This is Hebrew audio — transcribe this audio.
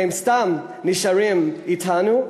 הן סתם נשארות אתנו,